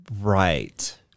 right